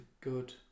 good